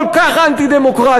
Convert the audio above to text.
כל כך אנטי-דמוקרטיות,